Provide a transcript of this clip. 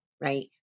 right